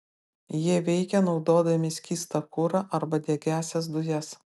jie veikia naudodami skystą kurą arba degiąsias dujas